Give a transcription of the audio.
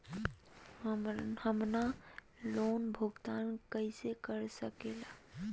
हम्मर लोन भुगतान कैसे कर सके ला?